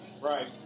Right